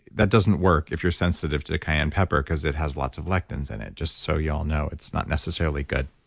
that doesn't work if you're sensitive to the cayenne pepper because it has lots of lectins in and it. just so you all know, it's not necessarily good